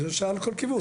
זה שעה לכל כיוון.